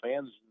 fans